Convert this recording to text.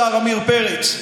השר עמיר פרץ,